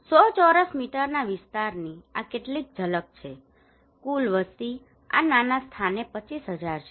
100 ચોરસ મીટરના વિસ્તારની આ કેટલીક ઝલક છે કુલ વસ્તી આ નાના સ્થાને 25000 છે